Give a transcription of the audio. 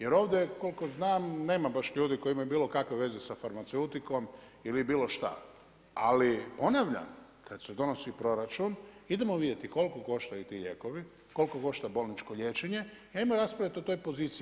Jer ovdje koliko znam nema baš ljudi koji imaju bilo kakve veze sa farmaceutikom ili bilo šta, ali ponavljam kad se donosi proračun, idemo vidjeti koliko koštaju ti lijekovi, koliko košta bolničko liječenje, idemo raspraviti o toj poziciji.